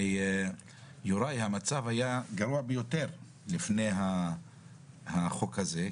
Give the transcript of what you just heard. יוראי המצב היה גרוע ביותר לפני החוק הזה,